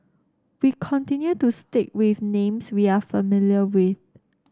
we continue to stick with names we are familiar with